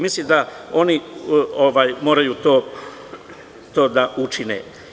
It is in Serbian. Mislim da oni moraju to da učine.